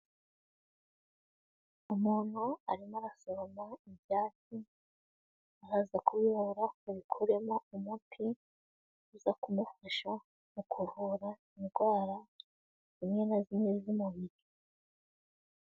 Umuntu arimo arasoroma ibyatsi aho aza kubiyobora abikoremo umuti uza kumufasha mukuvura indwara zimwe na zimwe z'umubiri.